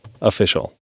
official